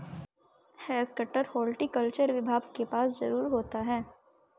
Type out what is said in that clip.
has cutter horticulture विभाग के पास जरूर होता है